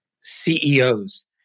CEOs